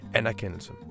anerkendelse